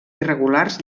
irregulars